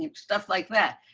like stuff like that.